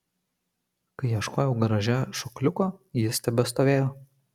kai ieškojau garaže šokliuko jis tebestovėjo